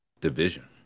Division